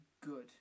good